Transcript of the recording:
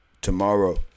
Tomorrow